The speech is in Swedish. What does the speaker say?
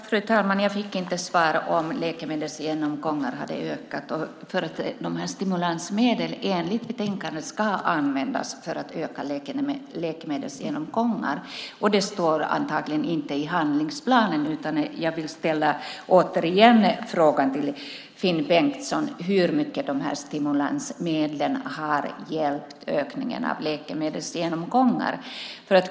Fru talman! Jag fick inte svar på om antalet läkemedelsgenomgångar har ökat. Stimulansmedlen ska enligt betänkandet användas för att öka läkemedelsgenomgångarna. Det står antagligen inte i handlingsplanen, utan jag vill återigen ställa frågan till Finn Bengtsson om hur mycket de här stimulansmedlen har hjälpt ökningen av läkemedelsgenomgångar.